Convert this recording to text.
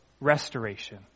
restoration